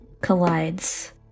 collides